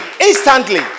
instantly